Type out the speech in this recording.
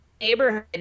neighborhood